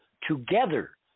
together